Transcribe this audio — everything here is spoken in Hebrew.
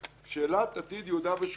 שאלת עתיד יהודה ושומרון